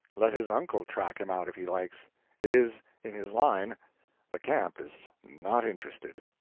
let his uncle track him out if he likes it is in his line the camp is not interested.